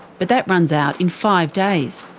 but that runs out in five days.